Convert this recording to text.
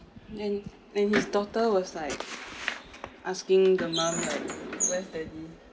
then when his daughter was like asking the mom like where's daddy